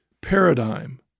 paradigm